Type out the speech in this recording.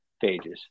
pages